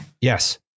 Yes